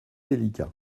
délicat